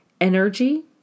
energy